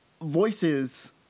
voices